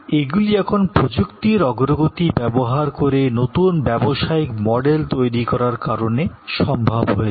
এগুলি এখন প্রযুক্তির অগ্রগতি ব্যবহার করে নতুন ব্যবসায়িক মডেল তৈরি করার কারণে সম্ভব হয়েছে